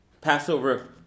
Passover